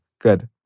good